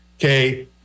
Okay